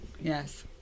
Yes